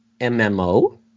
MMO